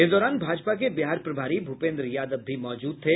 इस दौरान भाजपा के बिहार प्रभारी भूपेन्द्र यादव भी मौजूद थे